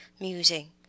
musing